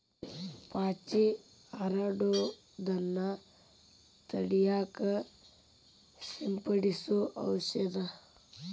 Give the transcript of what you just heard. ಪಾಚಿ ಹರಡುದನ್ನ ತಡಿಯಾಕ ಸಿಂಪಡಿಸು ಔಷದ